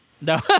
No